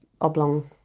oblong